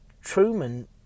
truman